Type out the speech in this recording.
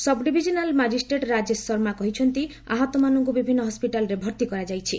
subdivisional magistrate Rajesh Sharma କହିଛନ୍ତି ଆହତମାନଙ୍କୁ ବିଭିନ୍ନ ହସ୍କିଟାଲ୍ରେ ଭର୍ତ୍ତି କରାଯାଇଛି